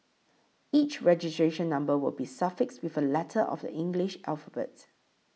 each registration number will be suffixed with a letter of the English alphabet